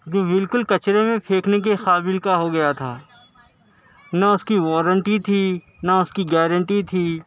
جو بالکل کچرے میں پھینکے کے قابل کا ہو گیا تھا نہ اس کی وارنٹی تھی نہ اس کی گارنٹی تھی